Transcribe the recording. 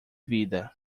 vida